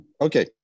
okay